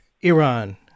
Iran